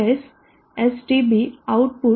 net from the input series